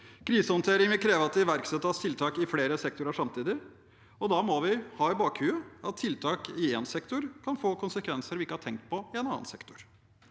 Krisehåndtering vil kreve at det iverksettes tiltak i flere sektorer samtidig, og da må vi ha i bakhodet at tiltak i én sektor kan få konsekvenser vi ikke har tenkt på, i en annen sektor.